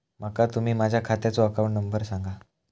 माका तुम्ही माझ्या खात्याचो अकाउंट नंबर सांगा?